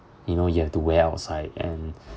you know you have to wear outside and